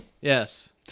Yes